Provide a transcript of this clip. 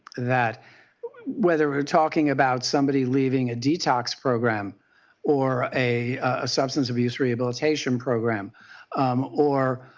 that whether we are talking about somebody leaving a detox program or a a substance abuse rehabilitation program or